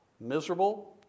miserable